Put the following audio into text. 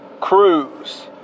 cruise